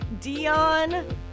Dion